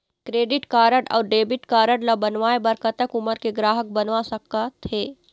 Credit card अऊ debit card ला बनवाए बर कतक उमर के ग्राहक बनवा सका थे?